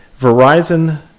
Verizon